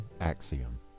Axiom